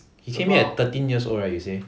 he came here at thirteen years old right you say